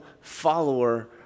follower